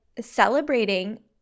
celebrating